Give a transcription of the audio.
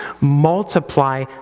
multiply